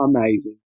amazing